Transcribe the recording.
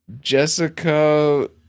Jessica